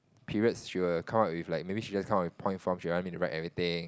periods she'll come up with maybe she'll just come up with point forms she will want me to write everything